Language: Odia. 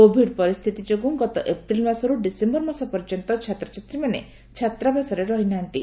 କୋଭିଡ୍ ପରିସ୍କିତି ଯୋଗୁଁ ଗତ ଏପ୍ରିଲ ମାସରୁ ଡିସେମ୍ବର ମାସ ପର୍ଯ୍ୟନ୍ତ ଛାତ୍ରଛାତ୍ରୀମାନେ ଛାତ୍ରାବାସରେ ରହିନାହାନ୍ତି